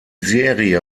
serie